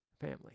family